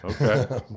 okay